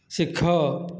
ଶିଖ